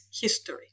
history